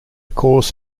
course